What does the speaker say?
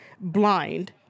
blind